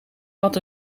had